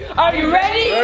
are you ready?